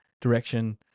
direction